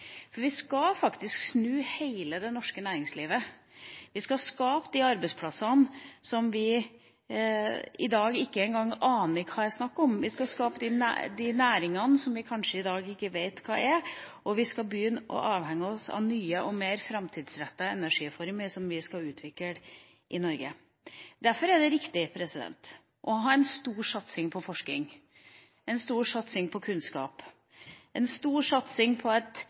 For vi skal faktisk snu hele det norske næringslivet. Vi skal skape de arbeidsplassene som vi i dag ikke engang aner hva er snakk om, vi skal skape de næringene som vi i dag kanskje ikke vet hva er, og vi skal begynne å bli avhengige av nye og mer framtidsrettede energiformer som vi skal utvikle i Norge. Derfor er det riktig å ha en stor satsing på forskning, en stor satsing på kunnskap, en stor satsing på